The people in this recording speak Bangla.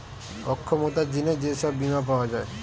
অক্ষমতার জিনে যে সব বীমা পাওয়া যায়